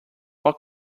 what